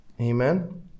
Amen